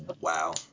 Wow